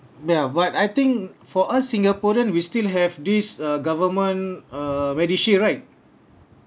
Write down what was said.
ya but I think for us singaporean we still have this uh government uh MediShield right